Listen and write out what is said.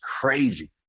crazy